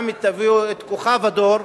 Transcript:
גם אם תביאו את כוכב הדור,